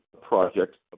projects